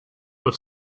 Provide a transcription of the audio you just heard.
but